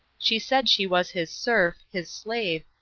she said she was his serf, his slave,